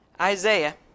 Isaiah